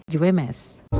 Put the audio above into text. UMS